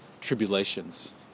tribulations